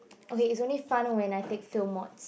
okay it's only fun when I take film mods